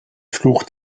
fluch